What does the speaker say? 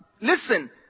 Listen